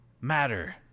Matter